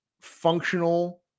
functional